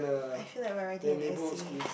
I feel like we are writing an essay